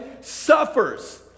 suffers